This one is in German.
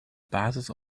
basis